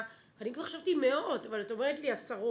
אני כבר חשבתי מאות, אבל את אומרת לי עשרות,